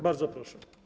Bardzo proszę.